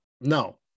no